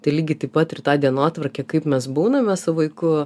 tai lygiai taip pat ir tą dienotvarkę kaip mes būname su vaiku